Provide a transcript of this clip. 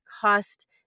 cost